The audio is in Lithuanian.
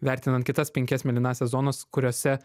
vertinant kitas penkias mėlynąsias zonas kuriose